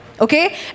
Okay